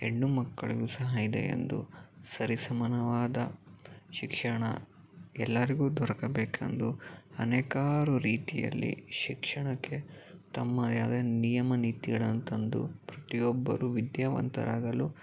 ಹೆಣ್ಣು ಮಕ್ಕಳಿಗೂ ಸಹ ಇದೆಯೆಂದು ಸರಿ ಸಮಾನವಾದ ಶಿಕ್ಷಣ ಎಲ್ಲಾರಿಗೂ ದೊರಕಬೇಕೆಂದು ಅನೇಕಾರು ರೀತಿಯಲ್ಲಿ ಶಿಕ್ಷಣಕ್ಕೆ ತಮ್ಮದೇ ಆದ ನಿಯಮ ನೀತಿಗಳನ್ನು ತಂದು ಪ್ರತಿಯೊಬ್ಬರು ವಿದ್ಯಾವಂತರಾಗಲು